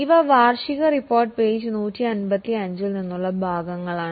ഇവ വാർഷിക report page 155 ൽ നിന്നുള്ള ഭാഗങ്ങളാണ്